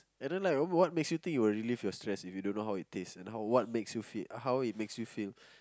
and then like what makes you think it will relieve your stress if you don't know how it taste and how what makes you feel how it makes you feel